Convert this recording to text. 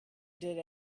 did